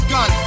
Gun